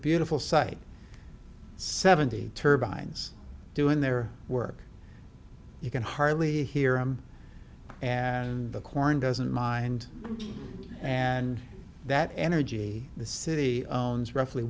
beautiful site seventy turbines doing their work you can hardly hear him and the corn doesn't mind and that energy the city roughly